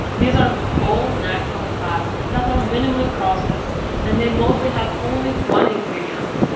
these are whole natural fats that are minimally processed and they mostly have only one ingredient.